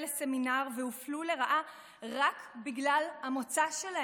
לסמינר והופלו לרעה רק בגלל המוצא שלהן,